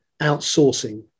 outsourcing